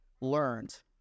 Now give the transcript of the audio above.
learned